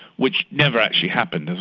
which never actually happened.